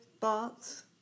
thoughts